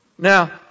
Now